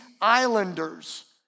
islanders